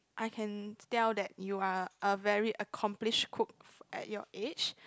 I can tell that you are a very accomplish cook at your age